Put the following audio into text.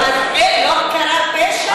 לא קרה פשע?